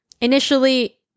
initially